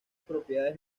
propiedades